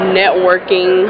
networking